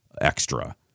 extra